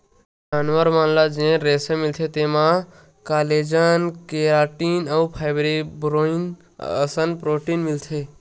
जानवर मन ले जेन रेसा मिलथे तेमा कोलेजन, केराटिन अउ फाइब्रोइन असन प्रोटीन मिलथे